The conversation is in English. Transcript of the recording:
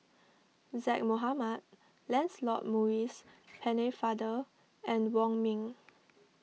Zaqy Mohamad Lancelot Maurice Pennefather and Wong Ming